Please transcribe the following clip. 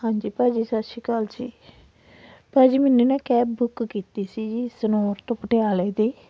ਹਾਂਜੀ ਭਾਅ ਜੀ ਸਤਿ ਸ਼੍ਰੀ ਅਕਾਲ ਜੀ ਭਾਅ ਜੀ ਮੈਨੇ ਨਾ ਕੈਬ ਬੁੱਕ ਕੀਤੀ ਸੀ ਜੀ ਸਨੌਰ ਤੋਂ ਪਟਿਆਲੇ ਦੀ